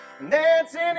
Dancing